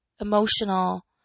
emotional